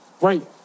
right